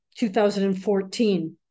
2014